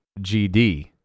GD